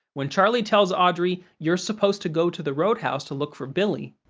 when charlie tells audrey, you're supposed to go to the roadhouse to look for billy.